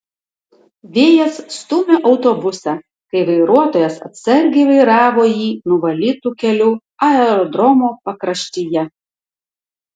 vėjas stūmė autobusą kai vairuotojas atsargiai vairavo jį nuvalytu keliu aerodromo pakraštyje